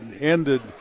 ended